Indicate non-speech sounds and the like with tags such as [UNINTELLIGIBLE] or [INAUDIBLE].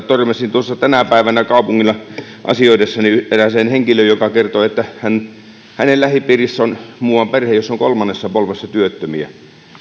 [UNINTELLIGIBLE] törmäsin tänä päivänä kaupungilla asioidessani erääseen henkilöön joka kertoi että hänen lähipiirissään on muuan perhe jossa on kolmannessa polvessa työttömiä